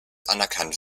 anerkannt